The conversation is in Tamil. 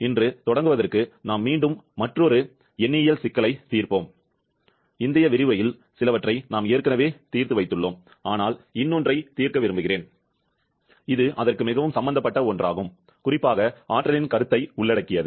இன்று தொடங்குவதற்கு நாம் மீண்டும் மற்றொரு எண்ணியல் சிக்கலைத் தீர்ப்போம் முந்தைய சொற்பொழிவில் சிலவற்றை நாம் ஏற்கனவே தீர்த்து வைத்துள்ளோம் ஆனால் இன்னொன்றைத் தீர்க்க விரும்புகிறேன் இது மிகவும் சம்பந்தப்பட்ட ஒன்றாகும் குறிப்பாக ஆற்றலின் கருத்தை உள்ளடக்கியது